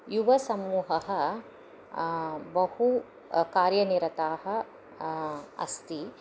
युवसमूहः बहु कार्यनिरताः अस्ति